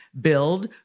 Build